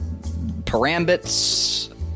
Parambits